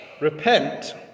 Repent